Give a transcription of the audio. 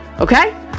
Okay